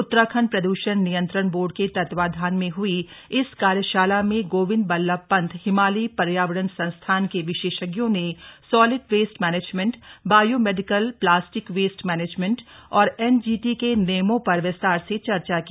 उत्तराखण्ड प्रदूषण नियंत्रण बोर्ड के तत्वावधान में हई इस कार्यशाला में गोविन्द बल्लभ पन्त हिमालयी पर्यावरण संस्थान के विशेषज्ञों ने solid waste management biomedical plastic waste management और एनजीटी के नियमों पर विस्तार से चर्चा की